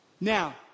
now